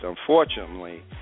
unfortunately